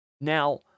Now